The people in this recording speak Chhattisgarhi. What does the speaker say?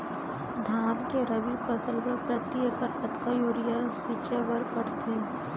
धान के रबि फसल बर प्रति एकड़ कतका यूरिया छिंचे बर पड़थे?